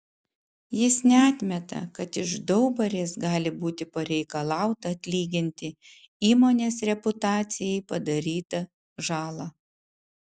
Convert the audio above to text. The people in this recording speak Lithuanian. jis neatmeta kad iš daubarės gali būti pareikalauta atlyginti įmonės reputacijai padarytą žalą